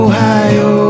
Ohio